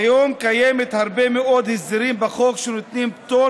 כיום קיימים הרבה מאוד הסדרים בחוק שנותנים פטור